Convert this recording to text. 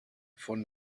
von